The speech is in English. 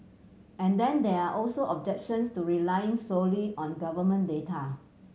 and then there are also objections to relying solely on government data